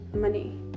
money